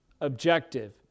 objective